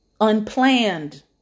unplanned